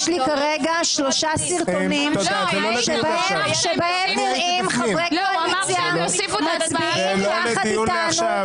יש לי שלושה סרטונים שבהם נראים חברי קואליציה מצביעים יחד איתנו.